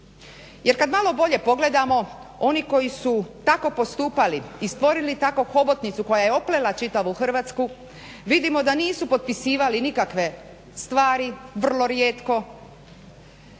Jer kad malo bolje pogledamo oni koji su tako postupali i stvorili tako hobotnicu koja je oplela čitavu Hrvatsku vidimo da nisu potpisivali nikakve stvari, vrlo rijetko,